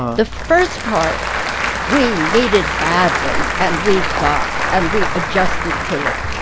the first part we needed badly and we got. and we adjusted to it.